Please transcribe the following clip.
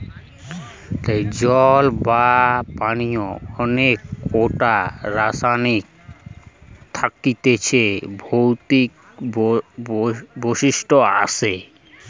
জল বা পানির অনেক কোটা রাসায়নিক থাকতিছে ভৌতিক বৈশিষ্ট আসে